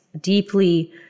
deeply